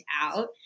out